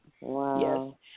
Wow